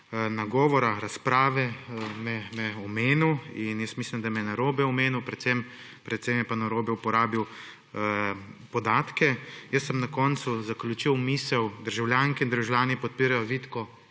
svoje razprave omenil in jaz mislim, da me je narobe omenil, predvsem je pa narobe uporabil podatke. Jaz sem zaključil misel: »Državljanke in državljani podpirajo vitko